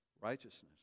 Righteousness